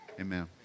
amen